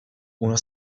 uno